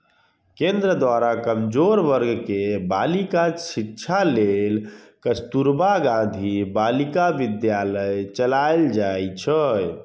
केंद्र द्वारा कमजोर वर्ग के बालिकाक शिक्षा लेल कस्तुरबा गांधी बालिका विद्यालय चलाएल जाइ छै